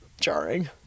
jarring